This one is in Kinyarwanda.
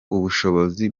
ubushobozi